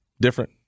different